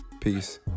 Peace